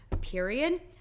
period